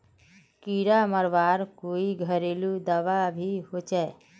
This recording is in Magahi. कीड़ा मरवार कोई घरेलू दाबा भी होचए?